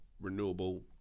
renewable